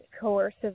coercive